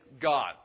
God